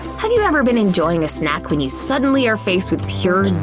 have you ever been enjoying a snack when you suddenly are faced with pure, and